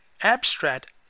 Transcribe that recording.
abstract